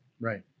Right